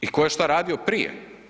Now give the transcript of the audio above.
I tko je što radio prije.